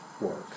work